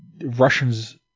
Russians